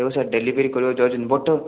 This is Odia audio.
ଦେଖନ୍ତୁ ସାର୍ ଡେଲିଭରୀ କରିବାକୁ ଯାଉଛନ୍ତି ବଟ୍